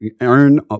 earn